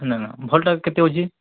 ନାଁ ନାଁ ଭଲ୍ଟା କେତେ ଅଛି